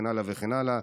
וכן הלאה וכן הלאה.